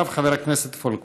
אחריו, חבר הכנסת פולקמן.